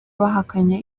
bahakanye